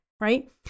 right